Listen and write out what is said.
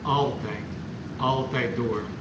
altijd altijd door